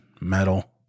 metal